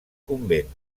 convent